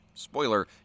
Spoiler